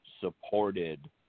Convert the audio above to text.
supported